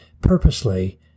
purposely